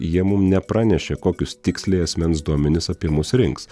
jie mum nepranešė kokius tiksliai asmens duomenis apie mus rinks